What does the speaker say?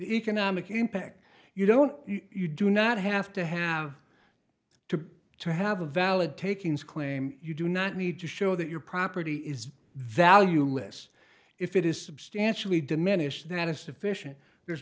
economic impact you don't you do not have to have to have a valid takings claim you do not need to show that your property is that al you less if it is substantially diminished that is sufficient there's